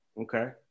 Okay